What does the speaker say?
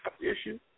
issue